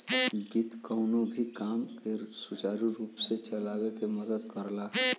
वित्त कउनो भी काम के सुचारू रूप से चलावे में मदद करला